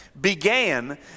began